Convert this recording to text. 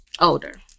Older